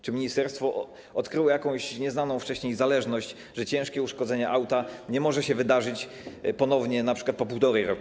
Czy ministerstwo odkryło jakąś nieznaną wcześniej zależność, że ciężkie uszkodzenie auta nie może się wydarzyć ponownie np. po 1,5 roku?